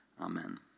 Amen